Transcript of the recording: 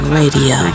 radio